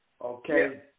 Okay